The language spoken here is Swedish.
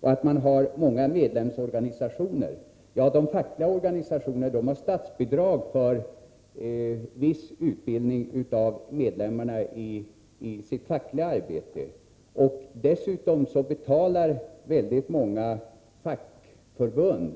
Det förhållandet att ABF har många medlemsorganisationer skulle vara ett skäl för högre bidrag, har det anförts. Men de fackliga organisationerna har statsbidrag för viss utbildning av medlemmarna i fackliga frågor. Dessutom betalar många fackförbund